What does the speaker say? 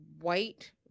white